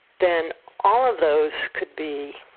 then all of those could be,